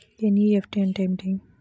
NEFT అంటే ఏమిటీ?